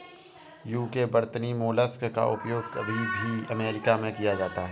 UK वर्तनी mollusc का उपयोग अभी भी अमेरिका में किया जाता है